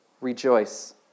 rejoice